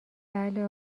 بله